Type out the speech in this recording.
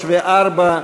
12(3) ו-12(4),